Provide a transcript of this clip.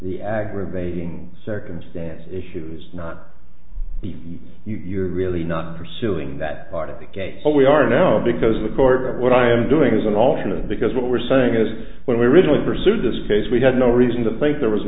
we aggravate ing circumstance issues not be you really not pursuing that part of the game but we are now because according to what i am doing as an alternative because what we're saying is what we originally pursued this case we had no reason to think there was an